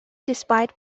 despite